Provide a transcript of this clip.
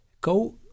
Go